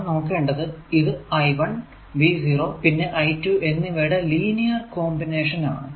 നാം നോക്കേണ്ടത് ഇത് I1 V0 പിന്നെ I2 എന്നിവയുടെ ലീനിയർ കോമ്പിനേഷൻ ആണ്